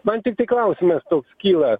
man tiktai klausimas toks kyla